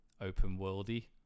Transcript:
open-worldy